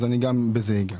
אגע בזה.